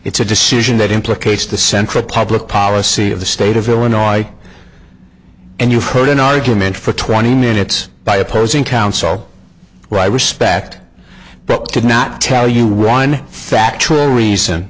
it's a decision that implicates the central public policy of the state of illinois and you've heard an argument for twenty minutes by opposing counsel right respect but could not tell you one factual reason